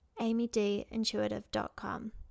amydintuitive.com